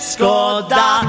Skoda